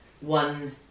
one